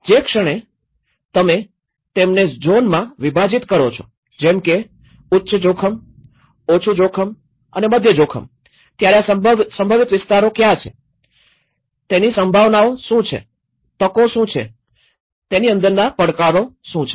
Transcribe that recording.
જે ક્ષણે તમે તેમને ઝોનમાં વિભાજીત કરો છો જેમ કે ઉચ્ચ જોખમ ઓછું જોખમ અને મધ્યમ જોખમ ત્યારે આ માટે સંભવિત વિસ્તરો ક્યા છે સંભાવનાઓ શું છે તકો શું છે તેની અંદરના પડકારો શું છે